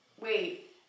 wait